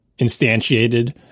instantiated